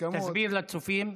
תסביר לצופים.